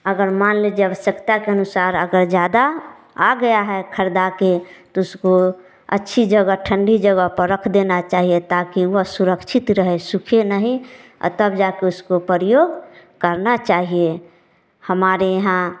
अगर मान लीजिए आवश्यकता के अनुसार अगर ज्यादा आ गया है खरीद के तो उसको अच्छी जगह ठंडी जगह पर रख देना चाहिए ताकि वह सुरक्षित रहे सूखे नहीं तब जा के उसका प्रयोग करना चाहिए हमारे यहाँ